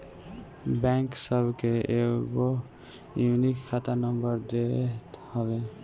bank सबके एगो unique खाता नंबर देत हवे